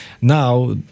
now